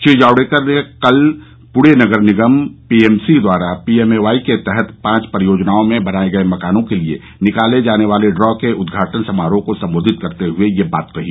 श्री जावडेकर ने कल पुणे नगर निगम पी एम सी द्वारा पीएमएवाई के तहत पांच परियोजनाओं में बनाए गए मकानों के लिए निकाले जाने वाले ड्रॉ के उदघाटन समारोह को संबोधित करते हुए यह बात कही